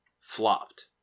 flopped